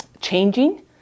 changing